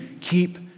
keep